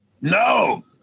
No